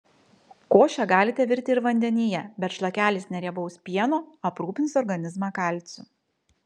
košę galite virti ir vandenyje bet šlakelis neriebaus pieno aprūpins organizmą kalciu